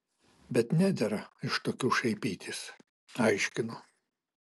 bet nedera iš tokių šaipytis aiškinu